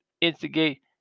instigate